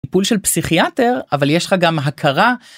טיפול של פסיכיאטר אבל יש לך גם הכרה.